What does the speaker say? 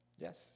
Yes